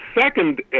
second